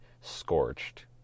scorched